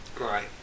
Right